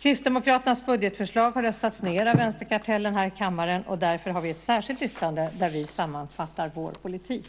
Kristdemokraternas budgetförslag har röstats ned av vänsterkartellen här i kammaren. Därför har vi ett särskilt yttrande där vi sammanfattar vår politik.